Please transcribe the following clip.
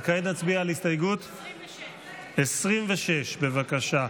כעת נצביע על הסתייגות, 26. 26. בבקשה.